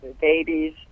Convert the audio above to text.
babies